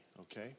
Okay